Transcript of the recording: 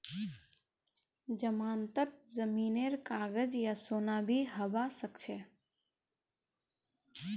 जमानतत जमीनेर कागज या सोना भी हबा सकछे